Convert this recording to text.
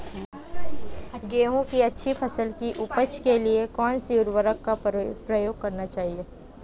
गेहूँ की अच्छी फसल की उपज के लिए कौनसी उर्वरक का प्रयोग करना चाहिए?